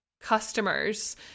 customers